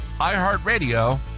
iHeartRadio